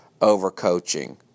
overcoaching